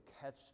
catch